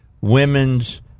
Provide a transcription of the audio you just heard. Women's